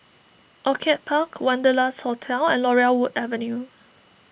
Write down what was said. Orchid Park Wanderlust Hotel and Laurel Wood Avenue